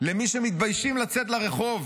למי שמתביישים לצאת לרחוב.